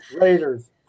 Raiders